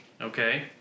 okay